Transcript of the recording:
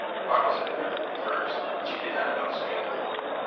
quarles had entered the room first, and she did not notice me in the doorway.